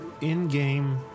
in-game